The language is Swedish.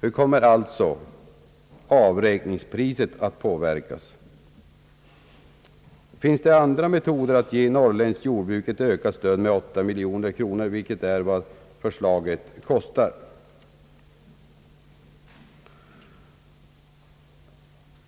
Hur kommer alltså avräkningspriset att påverkas? Finns det andra metoder att ge norrländskt jordbruk ett ökat stöd med 8 miljoner kronor, vilket är vad förslaget kostar?